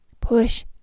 Push